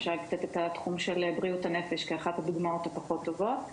אפשר לקחת את התחום של בריאות הנפש כאחת הדוגמאות הפחות טובות,